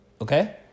Okay